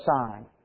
sign